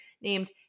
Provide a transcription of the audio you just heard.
named